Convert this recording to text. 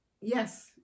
yes